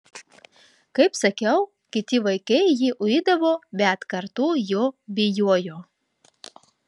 kaip sakiau kiti vaikai jį uidavo bet kartu jo bijojo